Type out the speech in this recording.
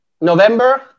November